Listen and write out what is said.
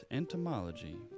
entomology